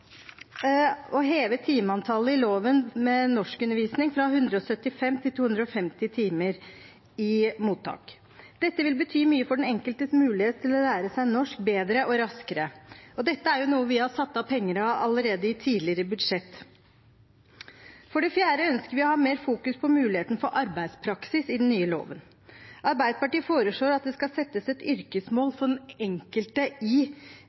å heve timeantallet i loven med norskundervisning fra 175 til 250 timer i mottak. Dette vil bety mye for den enkeltes mulighet til å lære seg norsk bedre og raskere, og dette er jo noe vi har satt av penger til allerede i tidligere budsjetter. For det fjerde ønsker vi å ha mer fokus på muligheten for arbeidspraksis i den nye loven. Arbeiderpartiet foreslår at det skal settes et yrkesmål for den enkelte i